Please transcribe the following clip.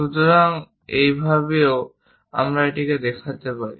সুতরাং এইভাবেও আমরা এটিকে দেখাতে পারি